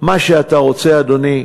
מה שאתה רוצה, אדוני,